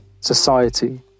society